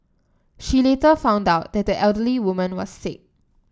she later found out that the elderly woman was sick